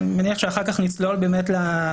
אני מניח שאחר כך נצלול לתקנות,